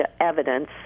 evidence